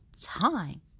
time